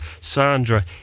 Sandra